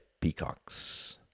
peacocks